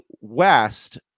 West